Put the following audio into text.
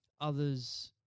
others